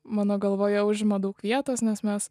mano galvoje užima daug vietos nes mes